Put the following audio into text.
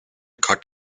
caught